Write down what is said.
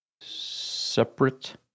separate